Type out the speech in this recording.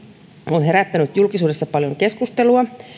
on herättänyt julkisuudessa paljon keskustelua